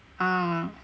ah